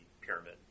pyramid